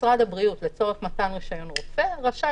משרד הבריאות לצורך מתן רישיון רופא רשאי